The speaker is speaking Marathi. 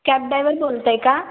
कॅब डायव्हर बोलताय का